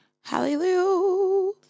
Hallelujah